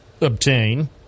obtain